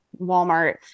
Walmart